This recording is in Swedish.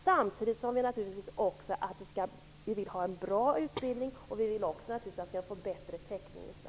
Samtidigt vill vi ha en bra utbildning och en bättre täckning i Sverige.